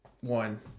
one